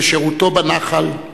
משירותו בנח"ל,